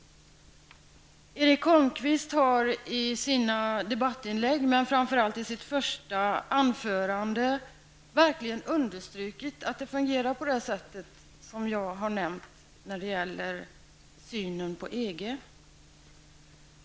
Erik Holmkvist har i sina debattinlägg men framför allt i sitt första anförande understrukit att det fungerar på det sätt som jag har nämnt när det gäller synen på EG.